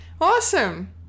Awesome